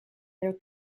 there